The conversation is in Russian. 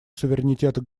суверенитета